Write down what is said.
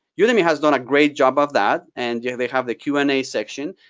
yeah udemy has done a great job of that, and yeah they have the q and a section.